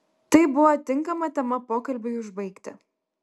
tai buvo tinkama tema pokalbiui užbaigti